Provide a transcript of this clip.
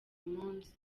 munsi